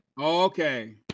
Okay